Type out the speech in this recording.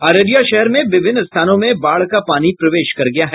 अररिया शहर में विभिन्न स्थानों में बाढ़ का पानी प्रवेश कर गया है